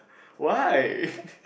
why